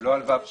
לא על (ו)(2)?